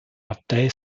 abtei